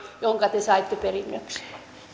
jotka te saitte perinnöksi